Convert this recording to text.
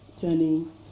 turning